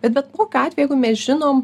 bet bet kokiu atveju jeigu mes žinom